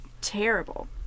terrible